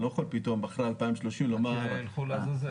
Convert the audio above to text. אני לא יכול פתאום אחרי 2030 --- ילכו לעזאזל.